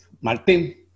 Martín